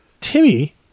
Timmy